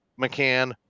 McCann